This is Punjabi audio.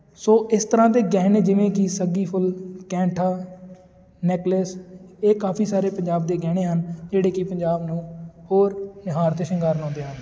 ਸੋ ਇਸ ਤਰ੍ਹਾਂ ਦੇ ਗਹਿਣੇ ਜਿਵੇਂ ਕਿ ਸੱਗੀ ਫੁੱਲ ਕੈਂਠਾ ਨੈਕਲੇਸ ਇਹ ਕਾਫੀ ਸਾਰੇ ਪੰਜਾਬ ਦੇ ਗਹਿਣੇ ਹਨ ਜਿਹੜੇ ਕਿ ਪੰਜਾਬ ਨੂੰ ਹੋਰ ਨਿਹਾਰ ਅਤੇ ਸ਼ਿੰਗਾਰ ਲਾਉਂਦੇ ਹਨ